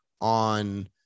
on